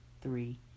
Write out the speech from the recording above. three